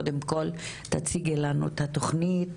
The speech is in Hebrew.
קודם כול תציגי לנו את התוכנית.